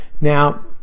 Now